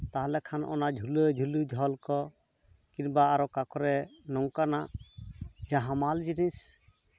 ᱛᱟᱦᱚᱞᱮ ᱠᱷᱟᱱ ᱚᱱᱟ ᱡᱷᱩᱞᱟᱹ ᱡᱷᱩᱞᱤ ᱡᱷᱚᱞ ᱠᱚ ᱠᱤᱢᱵᱟ ᱟᱨ ᱚᱠᱟ ᱠᱚᱨᱮᱜ ᱱᱚᱝᱠᱟᱱᱟᱜ ᱡᱟᱦᱟᱸ ᱦᱟᱢᱟᱞ ᱡᱤᱱᱤᱥ